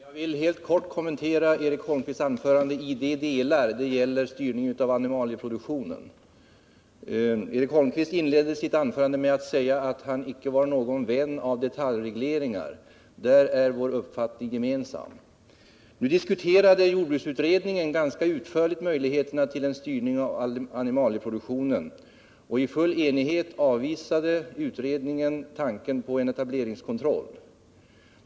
Herr talman! Jag vill helt kortfattat kommentera Eric Holmqvists anförande i de delar det gällde styrningen av animalieproduktionen. Eric Holmqvist inledde sitt anförande med att säga att han icke var någon vän av detaljregleringar. Där är vår uppfattning gemensam. Jordbruksutredningen diskuterade ganska utförligt möjligheterna till en styrning av animalieproduktionen, och i full enighet avvisade utredningen tanken på en etableringskontroll.